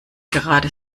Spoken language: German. gerade